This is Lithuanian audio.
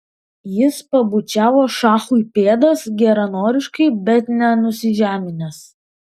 jis pabučiavo šachui pėdas geranoriškai bet ne nusižeminęs